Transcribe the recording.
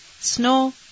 snow